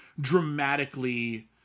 Dramatically